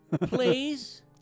please